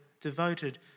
devoted